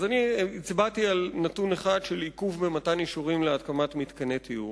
אז אני הצבעתי על נתון אחד של עיכוב במתן אישורים להקמת מתקני טיהור,